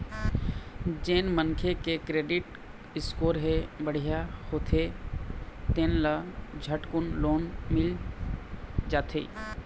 जेन मनखे के क्रेडिट स्कोर ह बड़िहा होथे तेन ल झटकुन लोन मिल जाथे